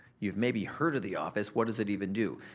you've maybe heard of the office what does it even do?